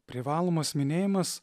privalomas minėjimas